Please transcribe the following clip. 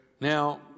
Now